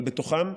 אבל בתוכם,